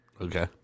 Okay